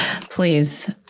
Please